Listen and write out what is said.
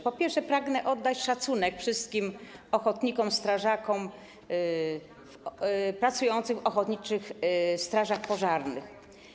Po pierwsze, pragnę oddać szacunek wszystkim ochotnikom, strażakom pracującym w ochotniczych strażach pożarnych.